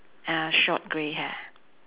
uh short grey hair